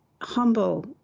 humble